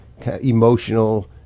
emotional